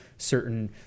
certain